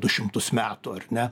du šimtus metų ar ne